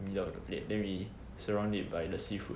the middle of the plate then we surround it by the seafood